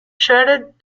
shared